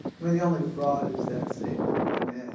well, the only fraud is that statement. i mean,